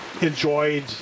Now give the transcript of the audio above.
enjoyed